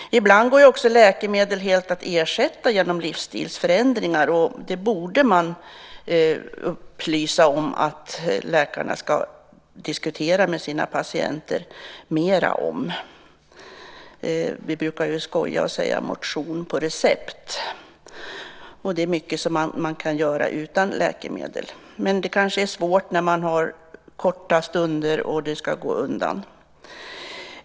Ibland går ju också läkemedel att helt ersätta genom livsstilsförändringar, och det borde man upplysa om att läkarna ska diskutera med sina patienter mera om. Vi brukar ju skoja och tala om motion på recept. Det är mycket man kan göra utan läkemedel. Men det kanske är svårt när man har korta stunder och det ska gå undan.